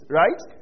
right